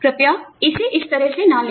कृपया इसे इस तरह से न लें